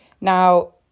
Now